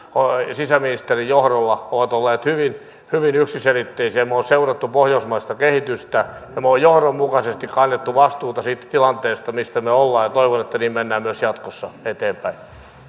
sisäministerin johdolla ovat olleet hyvin hyvin yksiselitteisiä me olemme seuranneet pohjoismaista kehitystä ja me olemme johdonmukaisesti kantaneet vastuuta siitä tilanteesta missä me olemme ja toivon että niin mennään myös jatkossa eteenpäin